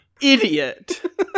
Idiot